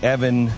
Evan